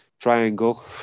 triangle